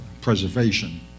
preservation